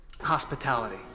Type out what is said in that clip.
Hospitality